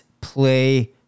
play